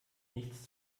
nichts